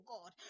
God